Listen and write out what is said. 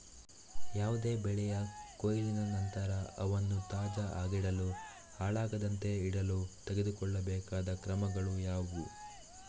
ಯಾವುದೇ ಬೆಳೆಯ ಕೊಯ್ಲಿನ ನಂತರ ಅವನ್ನು ತಾಜಾ ಆಗಿಡಲು, ಹಾಳಾಗದಂತೆ ಇಡಲು ತೆಗೆದುಕೊಳ್ಳಬೇಕಾದ ಕ್ರಮಗಳು ಯಾವುವು?